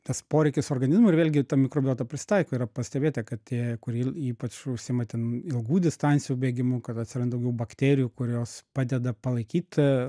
tas poreikis organizmui ir vėlgi ta mikrobiota prisitaiko yra pastebėta kad tie kurie ypač užsiima ten ilgų distancijų bėgimu kad atsiran daugiau bakterijų kurios padeda palaikyt